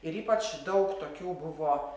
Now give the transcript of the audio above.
ir ypač daug tokių buvo